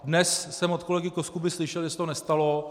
Dnes jsem od kolegy Koskuby slyšel, že se to nestalo.